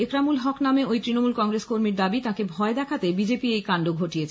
এন্নামূল হক্ নামে ঐ তৃণমূল কংগ্রেস কর্মীর দাবি তাঁকে ভয় দেখাতে বিজেপি এই কান্ড ঘটিয়েছে